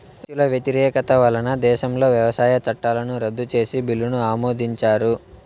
రైతుల వ్యతిరేకత వలన దేశంలో వ్యవసాయ చట్టాలను రద్దు చేసే బిల్లును ఆమోదించారు